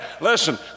Listen